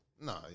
No